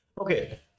Okay